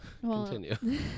continue